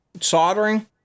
soldering